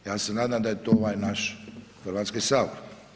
Ja se nadam da je to ovaj naš Hrvatski sabor.